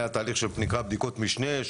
היה תהליך שנקרא בדיקות משנה,